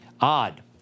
Odd